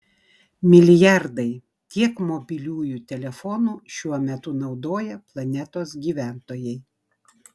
milijardai tiek mobiliųjų telefonų šiuo metu naudoja planetos gyventojai